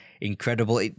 Incredible